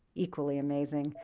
equally amazing.